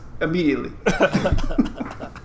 immediately